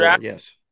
yes